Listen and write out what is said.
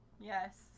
Yes